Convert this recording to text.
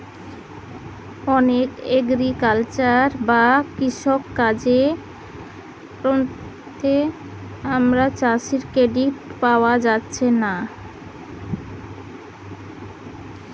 অনেক এগ্রিকালচারাল বা কৃষি কাজ কঅপারেটিভ থিকে চাষীদের ক্রেডিট পায়া যাচ্ছে